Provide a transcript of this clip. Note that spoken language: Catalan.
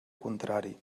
contrari